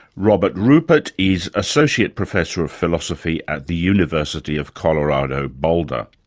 robert rupert is associate professor of philosophy at the university of colorado, boulder.